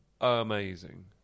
amazing